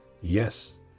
Yes